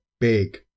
big